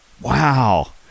Wow